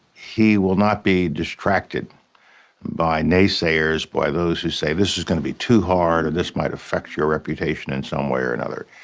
he will not be distracted by naysayers, by those who say this is going to be too hard, or this might affect your reputation in some way or another.